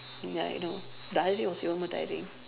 now you know the other day was even more tiring